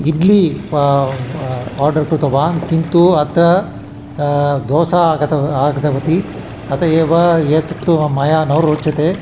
इद्लि व आर्डर् कृतवान् किन्तु अत्र दोसा आगत आगतवती अतः एव यत् तु मया न रोचते